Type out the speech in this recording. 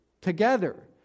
together